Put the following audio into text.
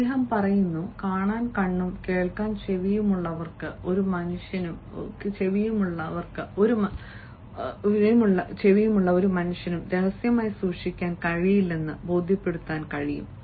അദ്ദേഹം പറയുന്നു കാണാൻ കണ്ണും കേൾക്കാൻ ചെവിയുമുള്ളവർക്ക് ഒരു മനുഷ്യനും രഹസ്യമായി സൂക്ഷിക്കാൻ കഴിയില്ലെന്ന് ബോധ്യപ്പെടുത്താൻ കഴിയും